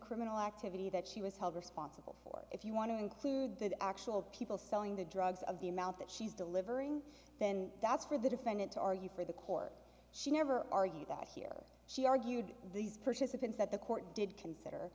criminal activity that she was held responsible for if you want to include the actual people selling the drugs of the amount that she's delivering then that's for the defendant to argue for the court she never argue that here she argued these purchase offense that the court did consider